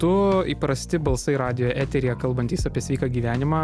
du įprasti balsai radijo eteryje kalbantys apie sveiką gyvenimą